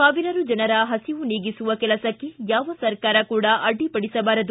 ಸಾವಿರಾರು ಜನರ ಹಸಿವು ನೀಗಿಸುವ ಕೆಲಸಕ್ಕೆ ಯಾವ ಸರ್ಕಾರ ಕೂಡ ಅಡ್ಡಿಪಡಿಸಬಾರದು